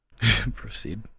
Proceed